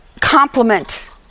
compliment